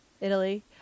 italy